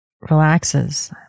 relaxes